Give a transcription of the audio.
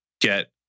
get